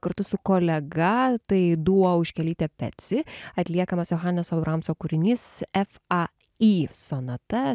kartu su kolega tai duo auškelytė peci atliekamas johaneso bramso kūrinys f a y sonata